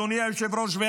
אדוני היושב-ראש,